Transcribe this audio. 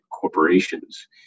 corporations